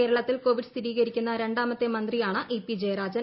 കേരളത്തിൽ കൊവിഡ് സ്ഥിരീകരിക്കുന്ന രണ്ടാമത്തെ മന്ത്രിയാണ് ഇ പി ജയരാജൻ